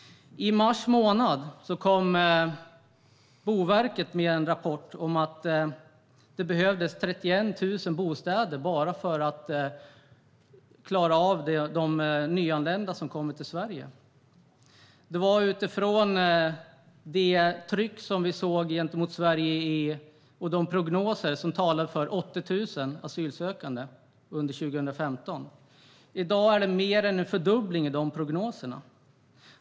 I mars månad kom Boverket med en rapport om att det behövdes 31 000 bostäder bara för att klara av boende för de nyanlända som kommer till Sverige. Det var utifrån det tryck mot Sverige som vi då såg och de prognoser som talade om 80 000 asylsökande under 2015. I dag pekar prognoserna på mer än en fördubbling.